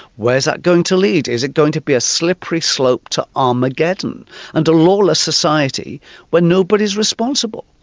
where's that going to lead? is it going to be a slippery slope to armageddon and a lawless society where nobody is responsible?